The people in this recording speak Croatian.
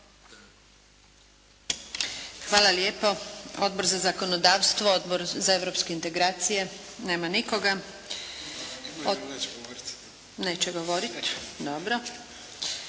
Hvala lijepo. Odbor za zakonodavstvo? Odbor za europske integracije? Nema nikoga. Neće govoriti. Dobro.